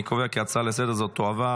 אני קובע כי ההצעה לסדר-היום תועבר